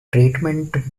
treatment